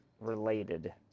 related